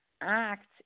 act